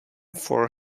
for